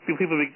people